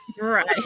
right